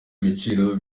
ibiciro